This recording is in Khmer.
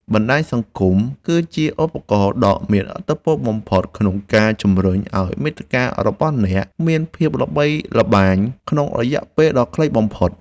បណ្តាញសង្គមគឺជាឧបករណ៍ដ៏មានឥទ្ធិពលបំផុតក្នុងការជំរុញឱ្យមាតិការបស់អ្នកមានភាពល្បីល្បាញក្នុងរយៈពេលដ៏ខ្លីបំផុត។